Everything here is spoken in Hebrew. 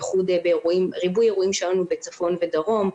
ריבוי אירועים שהיו לנו בצפון ובדרום,